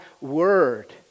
word